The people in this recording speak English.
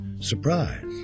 surprise